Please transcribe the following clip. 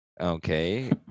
Okay